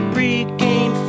regain